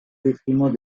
détriment